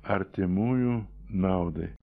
artimųjų naudai